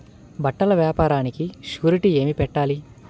బట్టల వ్యాపారానికి షూరిటీ ఏమి పెట్టాలి?